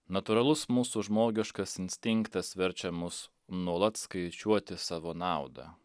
natūralus mūsų žmogiškas instinktas verčia mus nuolat skaičiuoti savo naudą